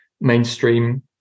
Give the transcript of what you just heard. mainstream